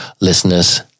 listeners